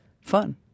fun